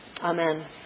Amen